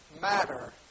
matter